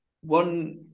one